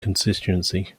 constituency